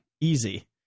Easy